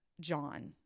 John